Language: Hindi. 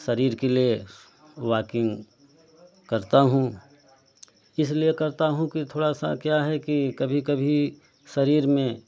शरीर के लिए वॉकिंग करता हूँ इसलिए करता हूँ कि थोड़ा सा क्या है कि कभी कभी शरीर में